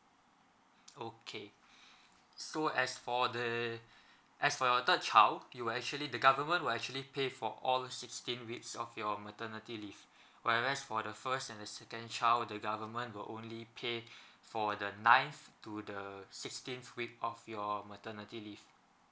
okay so as for the as for your third child you will actually the government will actually pay for all sixteen weeks of your maternity leave whereas for the first and the second child the government will only pay for the ninth to the sixteenth weeks of your maternity leave